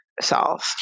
solve